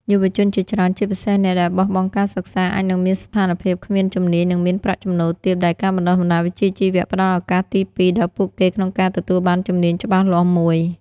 យុវជនជាច្រើន ជាពិសេសអ្នកដែលបោះបង់ការសិក្សា អាចនឹងមានស្ថានភាពគ្មានជំនាញ និងមានប្រាក់ចំណូលទាប ដែលការបណ្តុះបណ្តាលវិជ្ជាជីវៈផ្តល់ឱកាសទីពីរដល់ពួកគេក្នុងការទទួលបានជំនាញច្បាស់លាស់មួយ។